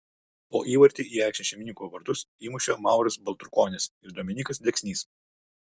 po įvartį į aikštės šeimininkų vartus įmušė mauras baltrukonis ir dominykas deksnys